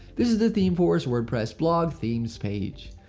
this is the themeforest wordpress blog themes page.